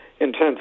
intense